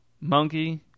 Monkey